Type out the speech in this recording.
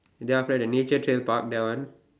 then after that the nature trail park that one